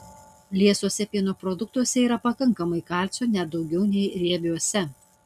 liesuose pieno produktuose yra pakankamai kalcio net daugiau nei riebiuose